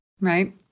right